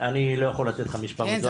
לא יכול לתת לך מספר מדויק,